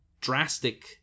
drastic